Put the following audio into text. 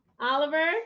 Oliver